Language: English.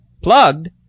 Plugged